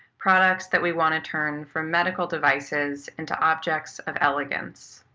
products that we want to turn from medical devices into objects of elegance.